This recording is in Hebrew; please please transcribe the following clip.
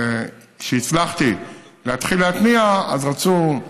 כשהצלחתי להתחיל להתניע, אז רצו,